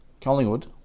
Collingwood